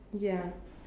ya